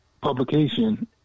publication